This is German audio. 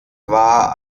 war